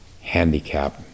handicap